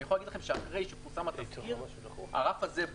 אני יכול להגיד לכם שאחרי שפורסם התזכיר הרף הזה,